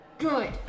Good